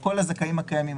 כל הזכאים הקיימים,